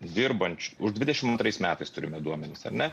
dirbančių už dvidešim antrais metais turime duomenis ar ne